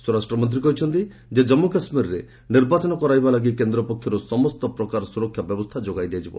ସ୍ୱରାଷ୍ଟ୍ରମନ୍ତ୍ରୀ କହିଛନ୍ତି ଯେ ଜାଞ୍ଜୁ କାଶ୍ମୀରରେ ନିର୍ବାଚନ କରାଇବା ଲାଗି କେନ୍ଦ୍ର ପକ୍ଷରୁ ସମସ୍ତ ପ୍ରକାର ସୁରକ୍ଷା ବ୍ୟବସ୍ଥା ଯୋଗାଇ ଦିଆଯିବ